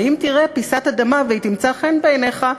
ואם תראה פיסת אדמה והיא תמצא חן בעיניך,